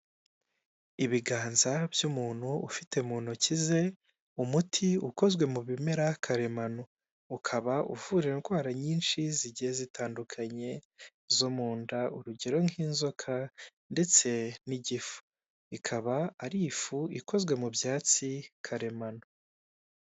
Ibiganza by'umuntu ufite mu ntoki ze umuti ukozwe mu bimera karemano, ukaba uvura indwara nyinshi zigiye zitandukanye zo mu nda, urugero nk'inzoka ndetse n'igifu. Ikaba ari ifu ikozwe mu byatsi karemano.